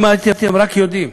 אם הייתם רק יודעים,